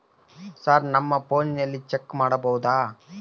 Sir ನಮ್ಮ ಫೋನಿನಲ್ಲಿ check ಮಾಡಬಹುದಾ?